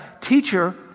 teacher